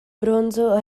bronzo